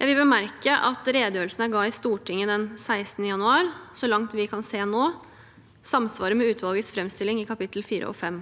Jeg vil bemerke at redegjørelsen jeg ga i Stortinget den 16. januar, så langt vi kan se nå, samsvarer med utvalgets framstilling i kapitlene 4 og 5.